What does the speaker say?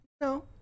No